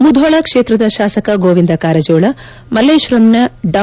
ಮುಧೋಳ ಕ್ಷೇತ್ರದ ಶಾಸಕ ಗೋವಿಂದ ಕಾರಜೋಳ ಮಲ್ಲೇಶ್ವರಂನ ಡಾ